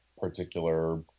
particular